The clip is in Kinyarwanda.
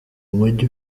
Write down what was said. mujyi